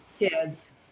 kids